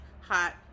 hot